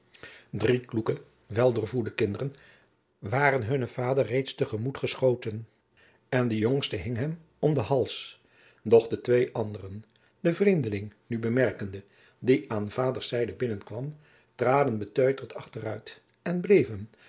kloeke wel doorvoedde kinderen waren hunnen vader reeds in t gemoet geschoten en de jongste hing hem om den hals doch de twee anderen den vreemdeling nu bemerkende die aan vaders zijde binnenkwam traden beteuterd achteruit en bleven